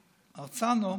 הרצנו,